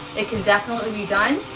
it can definitely be done.